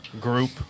group